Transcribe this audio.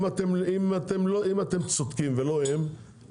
אם אתם צודקים ולא הם,